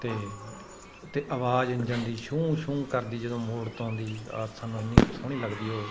ਅਤੇ ਉੱਥੇ ਆਵਾਜ਼ ਇੰਜਣ ਦੀ ਛੂੰ ਛੂੰ ਕਰਦੀ ਜਦੋਂ ਮੋੜ ਤੋਂ ਆਉਂਦੀ ਸਾਨੂੰ ਇੰਨੀ ਸ ਸੋਹਣੀ ਲੱਗਦੀ ਉਹ